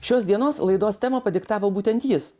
šios dienos laidos temą padiktavo būtent jis